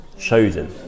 Chosen